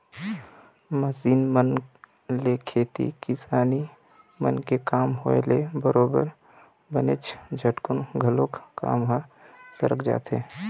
machine मन ले खेती किसानी मन के काम होय ले बरोबर बनेच झटकुन घलोक काम ह सरक जाथे